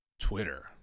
twitter